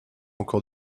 encore